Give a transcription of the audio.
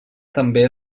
també